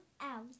out